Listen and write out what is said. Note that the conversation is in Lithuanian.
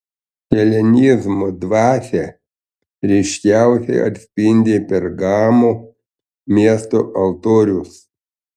helenizmo dvasią ryškiausiai atspindi pergamo miesto altorius